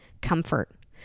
comfort